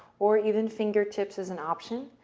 or even fingertips is an option.